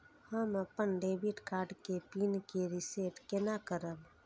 हम अपन debit card के पिन के रीसेट केना करब?